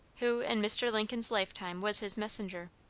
who, in mr. lincoln's lifetime, was his messenger.